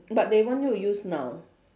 but they want you to use noun